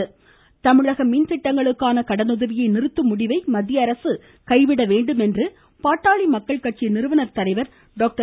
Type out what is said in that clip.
ராமதாஸ் தமிழக மின் திட்டங்களுக்கான கடனுதவியை நிறுத்தும் முடிவை மத்திய அரசு கைவிட வேண்டும் என பாட்டாளி மக்கள் கட்சி நிறுவனர் தலைவர் டாக்டர்